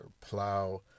plow